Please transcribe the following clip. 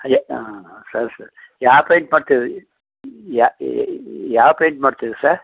ಯ ಆಂ ಆಂ ಸರಿ ಸರ್ ಯಾವ ಪೇಂಯ್ಟ್ ಮಾಡ್ತೀರಿ ಯಾವ ಯಾವ ಪೇಂಯ್ಟ್ ಮಾಡ್ತೀರಿ ಸರ್